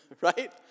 Right